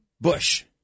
Bush